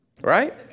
right